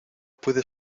puede